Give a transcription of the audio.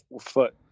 foot